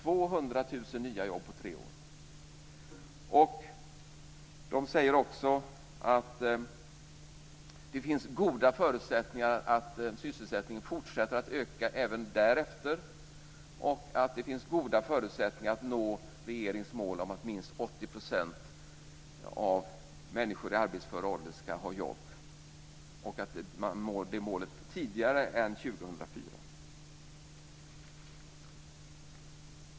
Man säger vidare att det finns goda förutsättningar att sysselsättningen fortsätter att öka även därefter, och att det finns goda förutsättningar att nå regeringens mål att minst 80 % av människor i arbetsför ålder ska ha jobb, och att nå det målet tidigare än 2004.